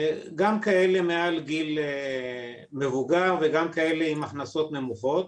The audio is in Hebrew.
גם כאלה מעל גיל מבוגר וגם כאלה עם הכנסות נמוכות.